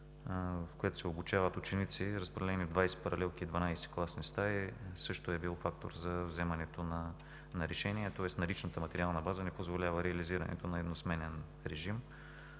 в което се обучават ученици, са разпределени 20 паралелки и 12 класни стаи, което също е било фактор за вземането на решение. Тоест наличната материална база не позволява реализирането на едносменен режим.